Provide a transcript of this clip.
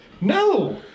No